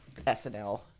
SNL